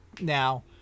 Now